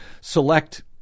select